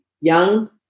young